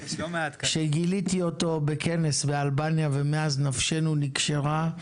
שגיליתי אותו בכנס באלבניה ומאז נפשנו נקשרה,